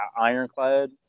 Ironclad